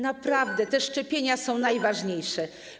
Naprawdę szczepienia są najważniejsze.